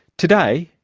today,